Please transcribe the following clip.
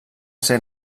ser